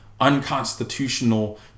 unconstitutional